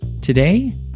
today